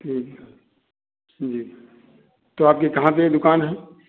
जी जी तो आपकी कहाँ पर दुकान है